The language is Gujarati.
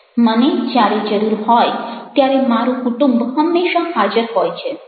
મને જ્યારે જરૂર હોય ત્યારે મારું કુટુંબ હંમેશાં હાજર હોય છે